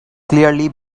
clearly